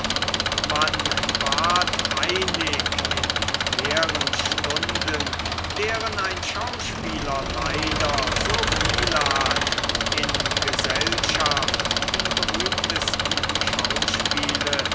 man ward einig in leeren stunden deren ein schauspieler leider so viele hat in gesellschaft die berühmtesten schauspiele